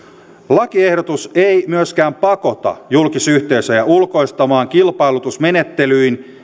lakiehdotus ei myöskään pakota julkisyhteisöjä ulkoistamaan kilpailutusmenettelyin